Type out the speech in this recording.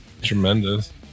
Tremendous